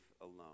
alone